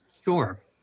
Sure